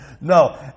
No